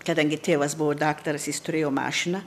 kadangi tėvas buvo daktaras jis turėjo mašiną